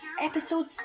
Episode